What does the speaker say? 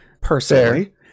personally